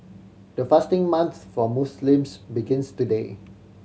the fasting month for Muslims begins today